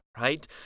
right